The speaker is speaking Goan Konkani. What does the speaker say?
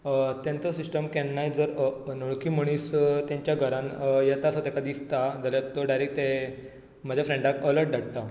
तांचो सिस्टम केन्नाय जर अ अनवळखी मनीस तांच्या घरान येतासो तांकां दिसता जाल्यार तो डायरेक्ट ते म्हज्या फ्रेंडाक अर्लट धाडटा